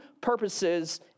purposes